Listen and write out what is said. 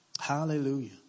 Hallelujah